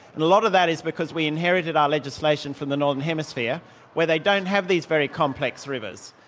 and a lot of that is because we inherited our legislation from the northern hemisphere where they don't have these very complex rivers.